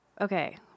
okay